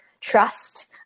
trust